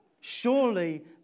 Surely